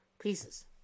pieces